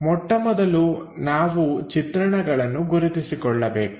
ಮೊಟ್ಟಮೊದಲು ನಾವು ಚಿತ್ರಣಗಳನ್ನು ಗುರುತಿಸಿಕೊಳ್ಳಬೇಕು